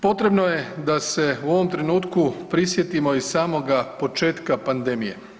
Potrebno je da se u ovom trenutku prisjetimo i samoga početka pandemije.